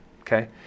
Okay